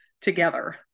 together